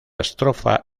estrofa